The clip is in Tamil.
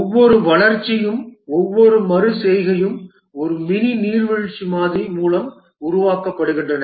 ஒவ்வொரு வளர்ச்சியும் ஒவ்வொரு மறு செய்கையும் ஒரு மினி நீர்வீழ்ச்சி மாதிரி மூலம் உருவாக்கப்படுகின்றன